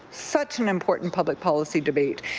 such an important public policy debate.